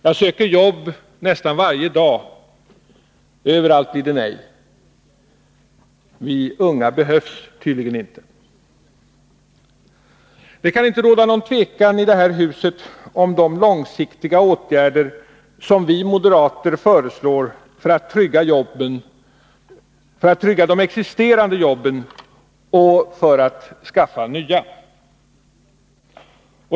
Jag söker jobb nästan varje dag, men överallt blir det nej. Vi unga behövs tydligen inte. Det kan i det här huset inte råda något tvivel om vilka långsiktiga åtgärder vi moderater föreslår för att trygga de existerande jobben och för att skaffa nya.